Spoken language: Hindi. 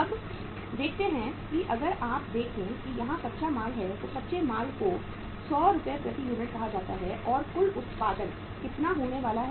अब देखते हैं कि अगर आप देखें कि यहां कच्चा माल है तो कच्चे माल को 100 रुपये प्रति यूनिट कहा जाता है और कुल उत्पादन कितना होने वाला है